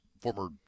Former